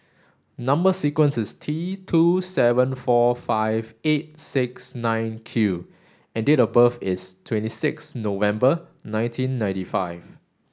number sequence is T two seven four five eight six nine Q and date of birth is twenty six November nineteen ninety five